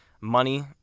Money